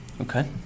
Okay